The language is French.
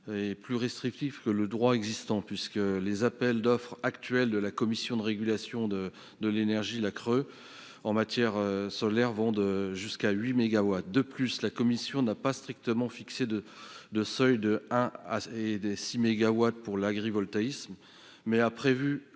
plus restrictive que le droit existant, puisque les appels d'offres actuels de la Commission de régulation de l'énergie (CRE) en matière d'énergie solaire vont jusqu'à huit mégawatts. De plus, la commission n'a pas strictement fixé de seuils à un et six mégawatts pour l'agrivoltaïsme, mais a prévu